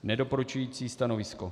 Nedoporučující stanovisko.